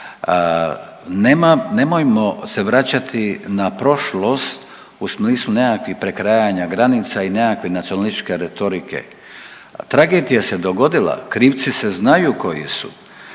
nemojmo se vraćati na prošlost u smislu nekakvih prekrajanja granica i nekakve nacionalističke retorike. Tragedija se dogodila, krivci se znaju koji su.